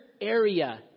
area